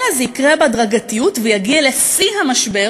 אלא זה יקרה בהדרגתיות ויגיע לשיא המשבר